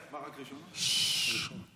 כבוד היושב-ראש, תן לי להגיד את הדברים.